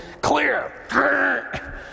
clear